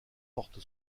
porte